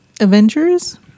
Avengers